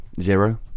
Zero